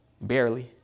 Barely